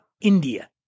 India